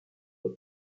aux